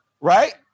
right